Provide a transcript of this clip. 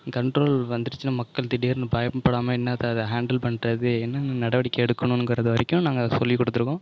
control வந்துடுச்சுனா மக்கள் திடீர்னு பயப்படாமல் என்னத்தை அதை ஹேண்டில் பண்ணுறது என்னென்ன நடவடிக்கை எடுக்கணுங்கிறது வரைக்கும் நாங்கள் சொல்லி கொடுத்துருக்கோம்